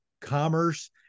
commerce